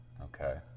Okay